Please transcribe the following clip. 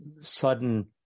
sudden